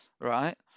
right